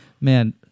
man